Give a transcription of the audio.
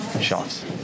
shots